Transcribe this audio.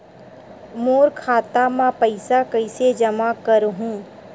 मोर खाता म पईसा कइसे जमा करहु?